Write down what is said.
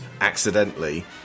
accidentally